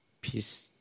peace